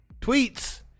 tweets